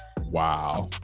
Wow